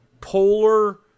polar